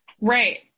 Right